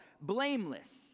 blameless